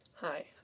Hi